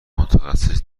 متخصص